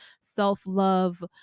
self-love